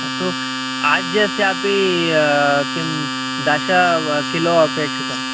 अस्तु आज्यस्य अपि किं दश किलो अपेक्षितं